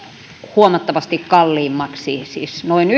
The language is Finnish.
huomattavasti kalliimmiksi siis noin